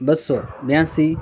બસો બ્યાંશી